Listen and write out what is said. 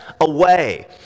away